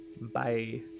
Bye